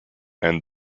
and